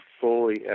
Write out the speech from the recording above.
fully